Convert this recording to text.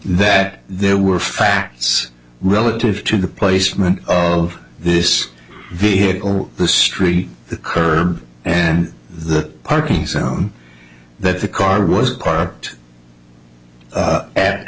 that there were facts relative to the placement of this vehicle the street curb and the parking zone that the car was parked